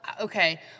okay